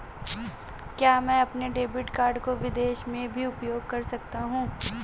क्या मैं अपने डेबिट कार्ड को विदेश में भी उपयोग कर सकता हूं?